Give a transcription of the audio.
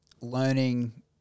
learning